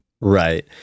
Right